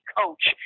coach